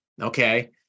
okay